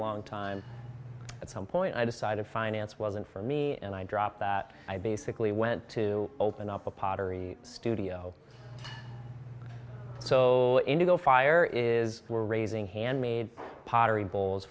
long time at some point i decided finance wasn't for me and i dropped that i basically went to open up a pottery studio so indigo fire is we're raising handmade pottery b